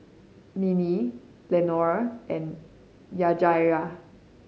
Minnie Lenore and Yajaira